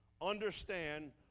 understand